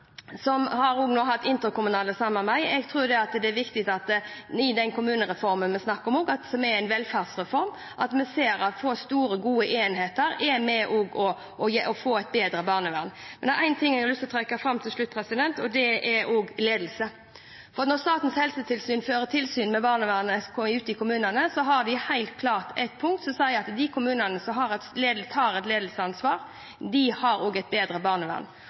en velferdsreform, at vi ser at det å få store, gode enheter er med på å gi et bedre barnevern. Det er én ting jeg vil trekke fram til slutt, og det er ledelse. For når Statens helsetilsyn fører tilsyn med barnevernet ute i kommunene, har de et helt klart punkt som sier at de kommunene som tar et ledelsesansvar, også har et bedre barnevern. De kommunene som satser på helsestasjoner, bruker mindre på barnevern. Jeg tror i grunnen vi er enige, representanten Lundteigen og jeg, om at tverretatlig samarbeid er at kommunene ser alle de tjenestene de har på oppvekstfeltet under ett, for å ivareta bedre